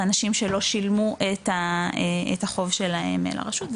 זה אנשים שלא שילמו את החוב שלהם אל הרשות,